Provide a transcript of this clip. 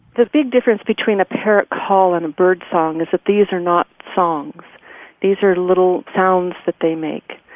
the big difference between a parrot call and a bird song is that these are not songs these are little sounds that they make,